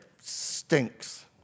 stinks